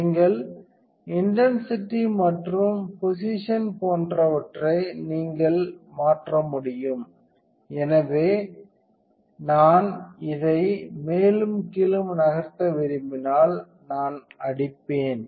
நீங்கள் இன்டென்சிட்டி மற்றும் பொசிஷன் போன்றவற்றை நீங்கள் மற்ற முடியும் எனவே நான் இதை மேலும் கீழும் நகர்த்த விரும்பினால் நான் அடிப்பேன்